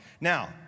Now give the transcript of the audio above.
now